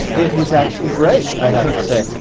it was actually great, i have to to say.